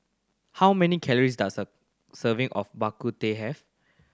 how many calories does a serving of Bak Kut Teh have